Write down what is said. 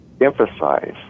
emphasize